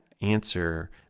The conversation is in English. answer